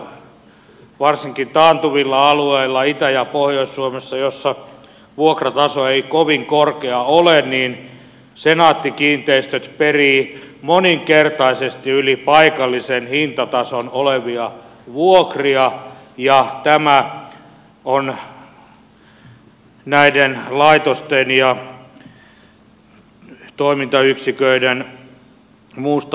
maakunnissa varsinkin taantuvilla alueilla itä ja pohjois suomessa missä vuokrataso ei kovin korkea ole senaatti kiinteistöt perii moninkertaisesti yli paikallisen hintatason olevia vuokria ja tämä on näiden laitosten ja toimintayksiköiden muusta toimintamäärärahasta pois